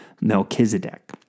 Melchizedek